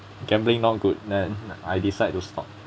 gambling not good then I decide to stop